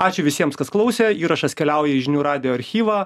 ačiū visiems kas klausė įrašas keliauja į žinių radijo archyvą